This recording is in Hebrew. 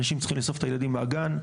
אנשים צריכים לאסוף את הילדים מהגן.